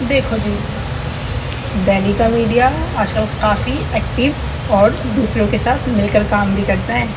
دیکھو جی دلی کا میڈیا آج کل کافی ایکٹیو اور دوسروں کے ساتھ مل کر کام بھی کرتے ہیں